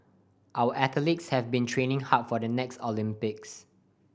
our athletes have been training hard for the next Olympics